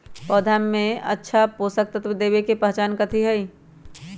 पौधा में अच्छा पोषक तत्व देवे के पहचान कथी हई?